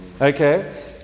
okay